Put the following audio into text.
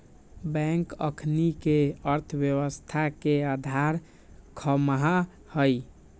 bank अखनिके अर्थव्यवस्था के अधार ख़म्हा हइ